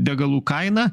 degalų kaina